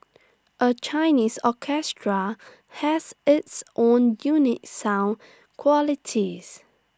A Chinese orchestra has its own unique sound qualities